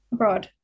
Abroad